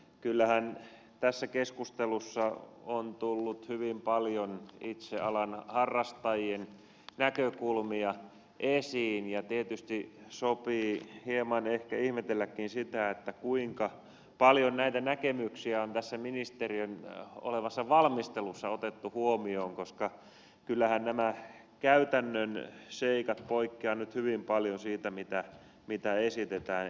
kyllähän tässä keskustelussa on tullut hyvin paljon itse alan harrastajien näkökulmia esiin ja tietysti sopii hieman ehkä ihmetelläkin sitä kuinka paljon näitä näkemyksiä on tässä ministeriössä olleessa valmistelussa otettu huomioon koska kyllähän nämä käytännön seikat poikkeavat nyt hyvin paljon siitä mitä esitetään